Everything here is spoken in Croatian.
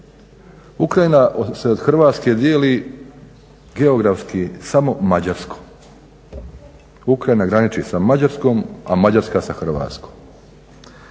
Ukrajina se od Hrvatske dijeli geografski samo Mađarskom, Ukrajina graniči sa Mađarskom, a Mađarska sa Hrvatskom.